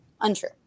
Untrue